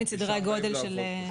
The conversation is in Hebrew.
אשרה.